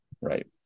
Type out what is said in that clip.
Right